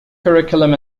curriculum